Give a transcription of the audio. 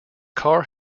car